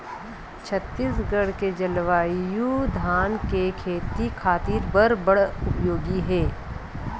छत्तीसगढ़ के जलवायु धान के खेती खातिर बर बड़ उपयोगी हे